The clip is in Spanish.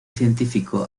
científico